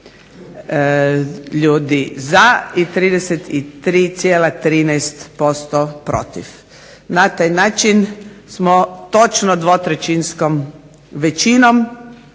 ljudi za i 33,13% protiv. Na taj način smo točno dvotrećinskom većinom